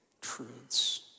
truths